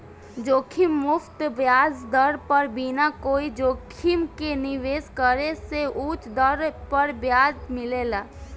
जोखिम मुक्त ब्याज दर पर बिना कोई जोखिम के निवेश करे से उच दर पर ब्याज मिलेला